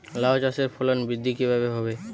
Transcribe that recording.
লাউ চাষের ফলন বৃদ্ধি কিভাবে হবে?